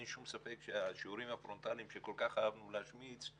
אין שום ספק השיעורים הפרונטליים שכל כך אהבנו להשמיץ,